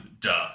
Duh